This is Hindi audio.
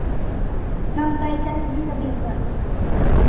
कम पैसा नहीं लगेगा